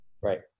Right